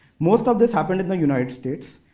most of this happened in the united states.